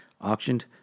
auctioned